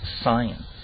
science